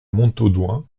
montaudoin